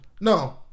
No